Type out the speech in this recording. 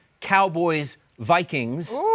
Cowboys-Vikings